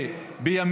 זה לעג לרש.